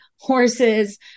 horses